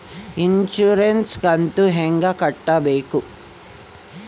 Insurance ಕಂತು ಹೆಂಗ ಕಟ್ಟಬೇಕು?